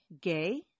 gay